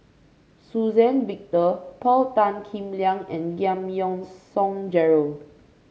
Suzann Victor Paul Tan Kim Liang and Giam Yean Song Gerald